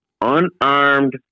unarmed